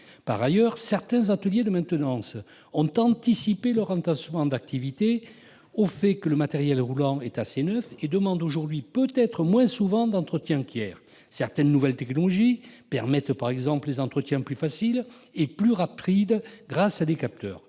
Par ailleurs, certains ateliers de maintenance ont anticipé le tassement de leur activité, lié au fait que le matériel roulant est assez neuf et demande aujourd'hui peut-être moins d'entretien qu'hier. Certaines nouvelles technologies permettent par exemple un entretien plus facile et plus rapide grâce au recours